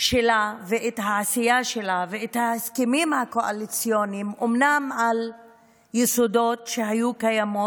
שלה ואת העשייה שלה ואת ההסכמים הקואליציוניים על יסודות שהיו קיימים.